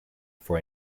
for